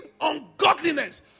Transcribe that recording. ungodliness